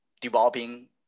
developing